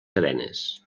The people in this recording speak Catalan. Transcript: cadenes